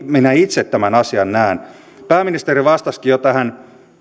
minä itse tämän asian näen pääministeri vastasikin jo tähän